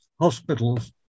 hospitals